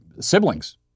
siblings